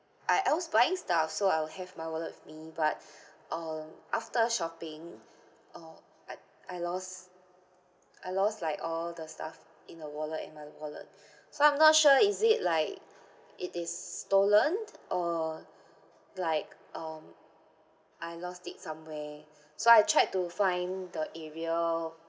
I I was buying stuff so I will have my wallet with me but um after shopping uh I I lost I lost like all the stuff in the wallet and my wallet so I'm not sure is it like it is stolen or like um I lost it somewhere so I tried to find the area